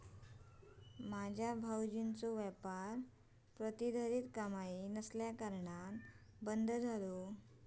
माझ्यो भावजींचो व्यापार प्रतिधरीत कमाई नसल्याकारणान बंद झालो